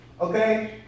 Okay